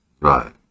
right